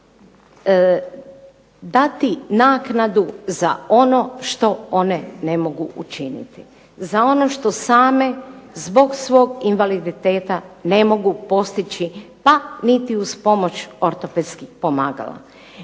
dati naknadu za ono što one ne mogu učiniti, za one što same zbog svog invaliditeta ne mogu postići pa niti uz pomoć ortopedskih pomagala.